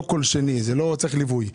לא צריך ליווי.